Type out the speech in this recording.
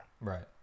Right